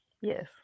Yes